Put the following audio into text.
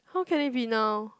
how can it be now